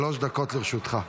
שלוש דקות לרשותך.